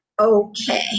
okay